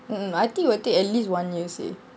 mm mm I think it will take at least one year sia